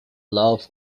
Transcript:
love